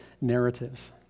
narratives